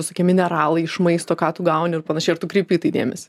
visokie mineralai iš maisto ką tu gauni ir panašiai ar tu kreipi dėmesį